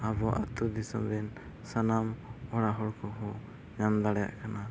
ᱟᱵᱚᱣᱟᱜ ᱟᱹᱛᱩᱼᱫᱤᱥᱚᱢ ᱨᱮᱱ ᱥᱟᱱᱟᱢ ᱚᱲᱟᱜ ᱦᱚᱲ ᱠᱚᱦᱚᱸ ᱮᱢ ᱫᱟᱲᱮᱭᱟᱜ ᱠᱟᱱᱟ